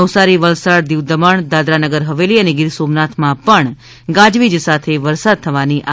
નવસારી વલસાડ દિવ દમણ દાદરાનગર હવેલી અને ગીર સોમનાથમાં પણ ગાજવીજ સાથે વરસાદ થવાની આગાહી છે